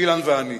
אילן ואני.